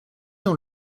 dans